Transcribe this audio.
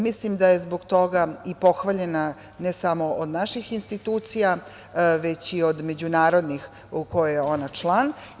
Mislim da je zbog toga i pohvaljena ne samo od naših institucija, već i od međunarodnih, u kojima je ona član.